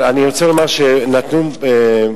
אבל אי-אפשר לבוא ולומר שזה לא עלה.